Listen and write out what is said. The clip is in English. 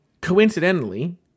coincidentally